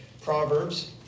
Proverbs